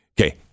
okay